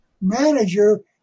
manager